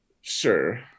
sure